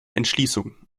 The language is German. entschließung